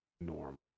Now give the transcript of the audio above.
normal